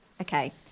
okay